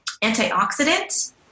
antioxidant